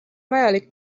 vajalik